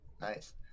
Nice